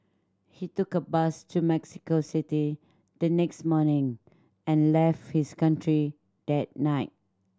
he took a bus to Mexico City the next morning and left his country that night